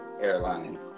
Airline